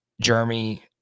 Jeremy